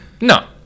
No